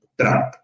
Trump